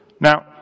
Now